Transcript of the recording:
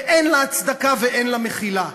ואין לה הצדקה ואין לה מחילה.